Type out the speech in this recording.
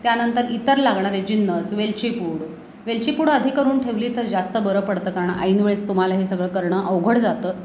त्यानंतर इतर लागणारे जिन्नस वेलचीपूड वेलचीपूड आधी करून ठेवली तर जास्त बरं पडतं कारण ऐनवेळेस तुम्हाला हे सगळं करणं अवघड जातं